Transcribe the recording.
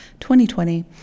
2020